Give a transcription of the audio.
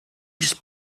just